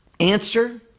answer